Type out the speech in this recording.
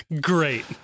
Great